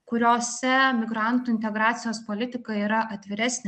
kuriose migrantų integracijos politika yra atviresnė